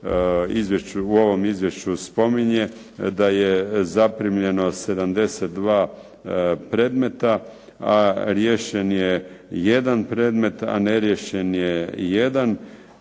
u ovom izvješću spominje da je zaprimljeno 72 predmeta, a riješen je jedan predmet, a neriješen je jedan,